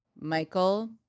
Michael